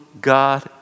God